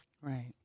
Right